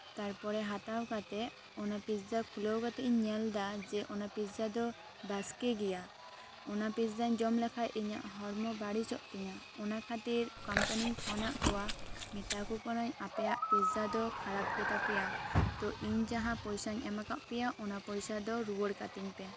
ᱛᱟᱨᱯᱚᱨᱮ ᱦᱟᱛᱟᱣ ᱠᱟᱛᱮᱫ ᱚᱱᱟ ᱯᱤᱪᱡᱟ ᱠᱷᱩᱞᱟᱹᱣ ᱠᱟᱛᱮᱫ ᱤᱧ ᱧᱮᱞ ᱮᱫᱟ ᱡᱮ ᱚᱱᱟ ᱯᱤᱪᱡᱟ ᱫᱚ ᱵᱟᱥᱠᱮ ᱜᱮᱭᱟ ᱚᱱᱟ ᱯᱤᱪᱡᱟᱧ ᱡᱚᱢ ᱞᱮᱠᱷᱟᱱ ᱤᱧᱟᱹᱜ ᱦᱚᱲᱢᱚ ᱵᱟᱲᱤᱡᱚᱜ ᱛᱤᱧᱟᱹ ᱚᱱᱟ ᱠᱷᱟᱹᱛᱤᱨ ᱠᱳᱢᱯᱟᱱᱤᱧ ᱯᱷᱳᱱ ᱟᱫ ᱠᱚᱣᱟ ᱢᱮᱛᱟ ᱠᱚ ᱠᱟᱹᱱᱟᱹᱧ ᱟᱯᱮᱭᱟᱜ ᱯᱤᱪᱡᱟ ᱫᱚ ᱠᱷᱟᱨᱟᱯ ᱜᱮᱛᱟ ᱯᱮᱭᱟ ᱛᱚ ᱤᱧ ᱡᱟᱦᱟᱸ ᱯᱚᱭᱥᱟᱧ ᱮᱢ ᱟᱠᱟᱫ ᱯᱮᱭᱟ ᱚᱱᱟ ᱯᱚᱭᱥᱟ ᱫᱚ ᱨᱩᱣᱟᱹᱲ ᱠᱟᱛᱤᱧ ᱯᱮ